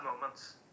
moments